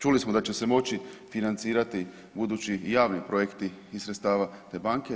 Čuli smo da će se moći financirati budući javni projekti iz sredstava te banke.